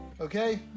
Okay